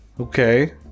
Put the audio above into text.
Okay